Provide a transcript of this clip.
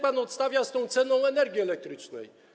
Pan odstawia cyrk z tą ceną energii elektrycznej.